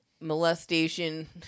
molestation